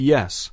Yes